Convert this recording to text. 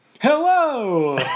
Hello